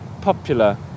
popular